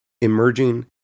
emerging